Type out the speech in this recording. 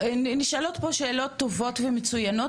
נשאלות פה שאלות טובות ומצוינות,